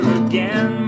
again